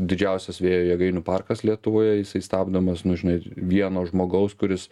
didžiausias vėjo jėgainių parkas lietuvoje jisai stabdomas nu žinai vieno žmogaus kuris